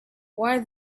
why